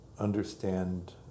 understand